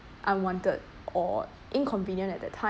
unwanted or inconvenient at that time